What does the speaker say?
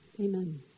Amen